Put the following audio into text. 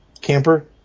camper